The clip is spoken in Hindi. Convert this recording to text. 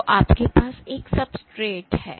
तो आपके पास एक सब्सट्रेट है